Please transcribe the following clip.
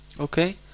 okay